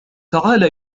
تعال